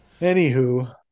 Anywho